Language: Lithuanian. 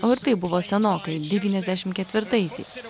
o ir tai buvo senokai devyniasdešim ketvirtaisiais